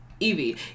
Evie